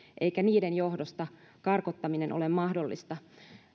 eikä niiden johdosta karkottaminen ole mahdollista